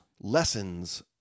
Lessons